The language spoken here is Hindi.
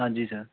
हाँ जी सर